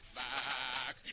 back